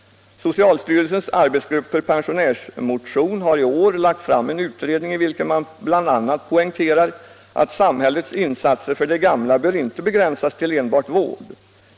Socialstyrelsens arbetsgrupp för pensionärsmotion har i år lagt fram en utredning i vilken man bl.a. poängterar att ”samhällets insatser för de gamla bör inte begränsas till enbart vård.